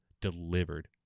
delivered